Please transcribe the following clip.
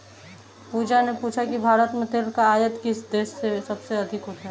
पूजा ने पूछा कि भारत में तेल का आयात किस देश से सबसे अधिक होता है?